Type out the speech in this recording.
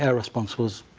ah response was,